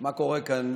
מה קורה כאן